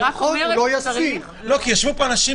כי ישבו פה אנשים-